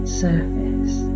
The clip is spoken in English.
surface